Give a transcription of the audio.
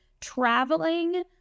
traveling